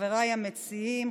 חבריי המציעים,